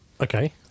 Okay